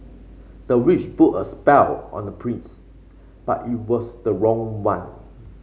the witch put a spell on the prince but it was the wrong one